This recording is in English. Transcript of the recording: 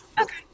Okay